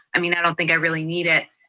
i mean, i don't think i really need it.